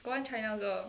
got one china girl